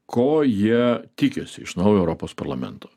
ko jie tikisi iš naujo europos parlamento